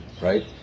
right